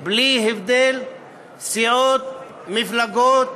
בלי הבדלי סיעות ומפלגות,